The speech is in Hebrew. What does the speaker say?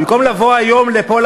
ובמקום לבוא היום לפה,